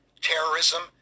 terrorism